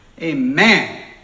Amen